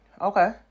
Okay